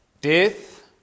Death